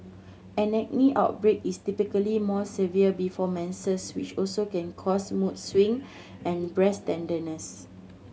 an acne outbreak is typically more severe before menses which can also cause mood swing and breast tenderness